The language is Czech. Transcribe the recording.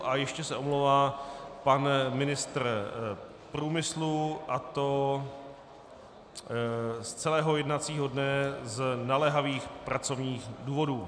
A ještě se omlouvá pan ministr průmyslu, a to z celého jednacího dne z naléhavých pracovních důvodů.